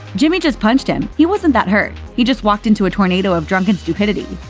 jimmy just punched him. he wasn't that hurt he just walked into a tornado of drunken stupidity.